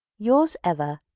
yours ever,